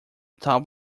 top